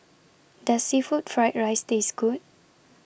Does Seafood Fried Rice Taste Good